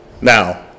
Now